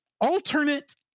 alternate